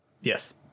Yes